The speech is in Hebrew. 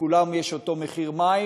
לכולם יש אותו מחיר מים,